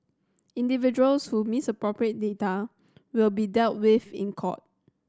individuals who misappropriate data will be dealt with in court